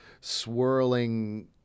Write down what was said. swirling